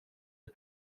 are